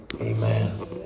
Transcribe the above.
Amen